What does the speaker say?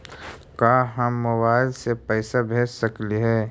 का हम मोबाईल से पैसा भेज सकली हे?